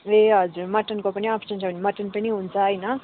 ए हजुर मटनको पनि अप्सन छ भने मटन पनि हुन्छ होइन